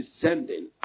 descending